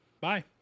Bye